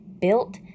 built